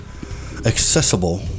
accessible